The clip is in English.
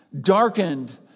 darkened